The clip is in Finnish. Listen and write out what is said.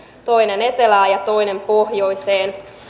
toinen etelään ja toinen pohjoiseen